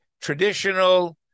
traditional